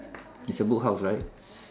it's a boathouse right